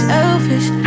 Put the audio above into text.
Selfish